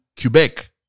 Quebec